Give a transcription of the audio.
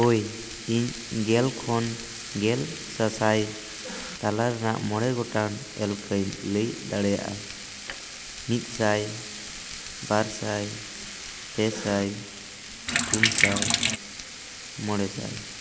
ᱦᱳᱭ ᱤᱧ ᱜᱮᱞ ᱠᱷᱚᱱ ᱜᱮᱞ ᱥᱟᱥᱟᱭ ᱛᱟᱞᱟᱨᱮᱱᱟᱜ ᱢᱚᱬᱮ ᱜᱚᱴᱟᱝ ᱮᱞᱠᱷᱟᱧ ᱞᱟᱹᱭ ᱫᱟᱲᱮᱭᱟᱜᱼᱟ ᱢᱤᱫ ᱥᱟᱭ ᱵᱟᱨ ᱥᱟᱭ ᱯᱮ ᱥᱟᱭ ᱯᱩᱱ ᱥᱟᱭ ᱢᱚᱬᱮ ᱥᱟᱭ